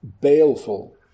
baleful